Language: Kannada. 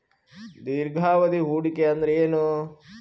ದೀರ್ಘಾವಧಿ ಹೂಡಿಕೆ ಅಂದ್ರ ಏನು?